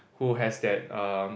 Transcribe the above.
who has that um